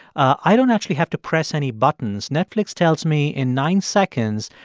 i don't actually have to press any buttons. netflix tells me, in nine seconds,